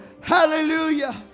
Hallelujah